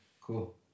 Cool